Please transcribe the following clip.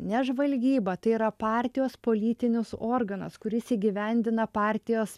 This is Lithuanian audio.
ne žvalgyba tai yra partijos politinis organas kuris įgyvendina partijos